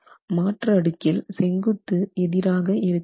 மாற்று அடுக்கில் செங்குத்து எதிராக இருக்க வேண்டும்